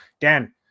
Dan